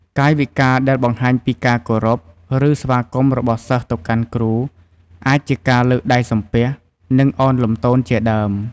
កាយវិការដែលបង្ហាញពីការគោរព ឬ ស្វាគមន៍របស់សិស្សទៅកាន់គ្រូ អាចជាការលើកដៃសំពះ និង ឱនលំទោនជាដើម។